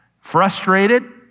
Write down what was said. frustrated